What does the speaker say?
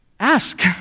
ask